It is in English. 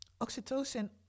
Oxytocin